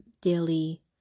daily